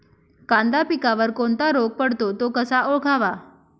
कांदा पिकावर कोणता रोग पडतो? तो कसा ओळखावा?